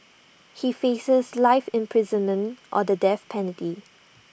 he faces life imprisonment or the death penalty